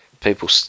people